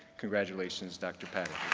congratulations, dr. pataky.